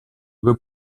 due